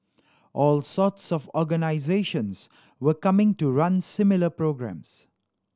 all sorts of organisations were coming to run similar programmes